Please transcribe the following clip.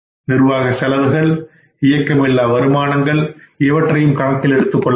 நிர்வாக செலவுகள் இயக்கம்மில்லா வருமானங்கள் இவற்றையும் கணக்கில் எடுத்துக் கொள்ள வேண்டும்